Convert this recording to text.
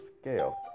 scale